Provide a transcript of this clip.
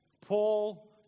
Paul